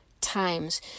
times